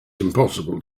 impossible